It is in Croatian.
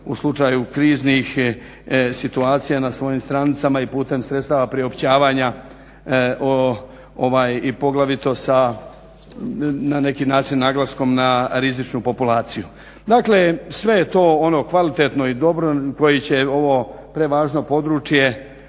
u slučaju kriznih situacija na svojim stranicama i putem sredstava priopćavanja i poglavito sa na neki način naglaskom na rizičnu populaciju. Dakle, sve je to ono kvalitetno i dobro koje će ovo prevažno područje